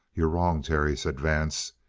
you're wrong, terry, said vance.